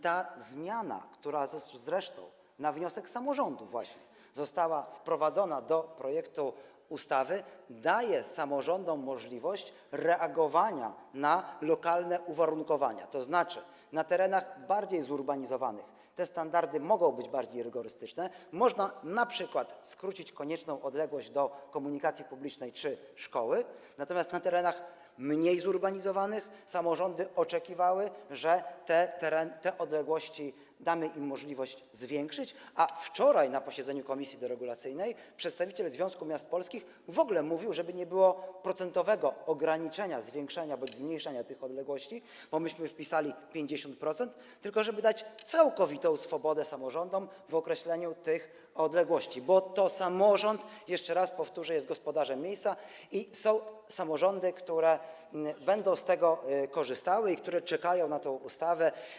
Ta zmiana, która zresztą właśnie na wniosek samorządu została wprowadzona do projektu ustawy, daje samorządom możliwość reagowania na lokalne uwarunkowania, tzn. na terenach bardziej zurbanizowanych te standardy mogą być bardziej rygorystyczne, można np. skrócić konieczną odległość do komunikacji publicznej czy szkoły, natomiast na terenach mniej zurbanizowanych samorządy oczekiwały, że damy im możliwość zwiększenia tych odległości, a wczoraj na posiedzeniu komisji deregulacyjnej przedstawiciel Związku Miast Polskich mówił, żeby w ogóle nie było procentowego ograniczania zwiększania bądź zmniejszania tych odległości, bo myśmy wpisali 50%, tylko żeby dać całkowitą swobodę samorządom w określaniu tych odległości, bo to samorząd - jeszcze raz powtórzę - jest gospodarzem miejsca i są samorządy, które będą z tego korzystały i które czekają na tę ustawę.